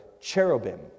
cherubim